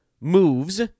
moves